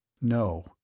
No